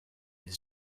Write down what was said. his